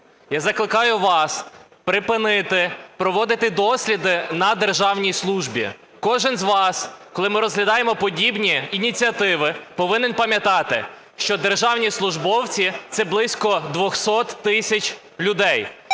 Я закликаю вас припинити проводити досліди на державній службі. Кожен з вас, коли ми розглядаємо подібні ініціативи, повинен пам'ятати, що державні службовці – це близько 200 тисяч людей,